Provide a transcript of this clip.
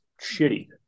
shitty